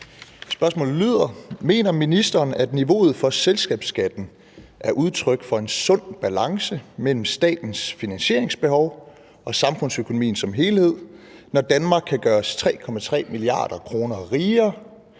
Olesen (LA)): Mener ministeren, at niveauet for selskabsskatten er udtryk for en sund balance mellem statens finansieringsbehov og samfundsøkonomien som helhed, når Danmark kan gøres 3,3 mia. kr. rigere,